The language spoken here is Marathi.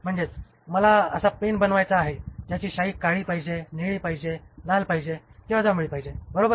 म्हणजे मला असा पेन बनवायचा आहे ज्याची शाई काळी पाहिजे निळी पाहिजे लाल पाहिजे किंवा जांभळी पाहिजे बरोबर